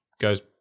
goes